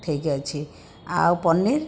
ଠିକ୍ ଅଛି ଆଉ ପନିର